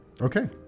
Okay